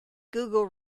google